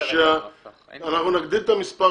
אנחנו נגדיל את מספר